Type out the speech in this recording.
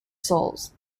souls